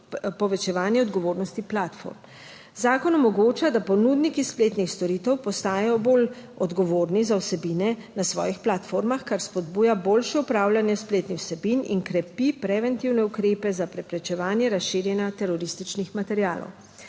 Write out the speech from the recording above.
povečevanje odgovornosti platform. Zakon omogoča, da ponudniki spletnih storitev postanejo bolj odgovorni za vsebine na svojih platformah, kar spodbuja boljše upravljanje spletnih vsebin in krepi preventivne ukrepe za preprečevanje razširjanja terorističnih materialov.